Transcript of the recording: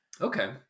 Okay